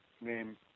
name